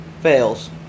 Fails